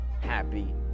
happy